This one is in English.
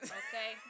okay